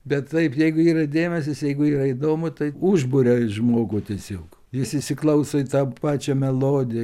bet taip jeigu yra dėmesys jeigu yra įdomu tai užburia žmogų tiesiog jis įsiklauso į tą pačią melodiją